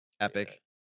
epic